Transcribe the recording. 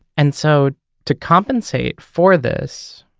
and so to compensate for this,